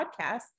podcast